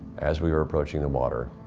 as we were approaching the water,